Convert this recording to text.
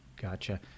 Gotcha